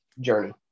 journey